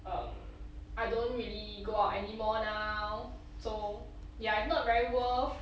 um I don't really go out anymore now so ya not very worth